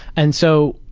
and so